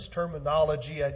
terminology